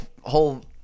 whole